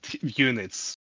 units